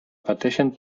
pateixen